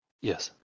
Yes